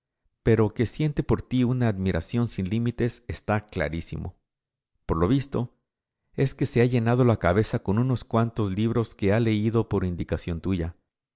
pero que siente por ti una admiración sin límites está clarísimo por lo visto es que se ha llenado la cabeza con unos cuantos libros que ha leído por indicación tuya